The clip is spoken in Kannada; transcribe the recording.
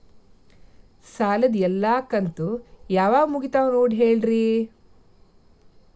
ಸಾಲದ ಎಲ್ಲಾ ಕಂತು ಯಾವಾಗ ಮುಗಿತಾವ ನೋಡಿ ಹೇಳ್ರಿ